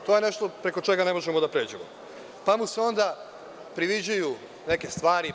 To je nešto preko čega ne možemo da pređemo, pa mu se onda priviđaju neke stvari.